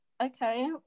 okay